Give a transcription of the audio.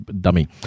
dummy